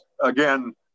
again